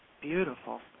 Beautiful